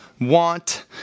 want